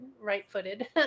right-footed